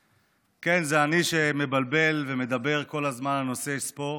כן, זה אני שמבלבל ומדבר כל הזמן על נושאי ספורט,